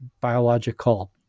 biological